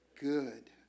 Good